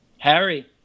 Harry